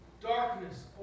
Darkness